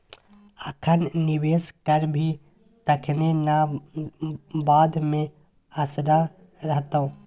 अखन निवेश करभी तखने न बाद मे असरा रहतौ